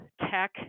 tech